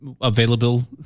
available